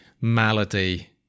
malady